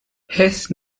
his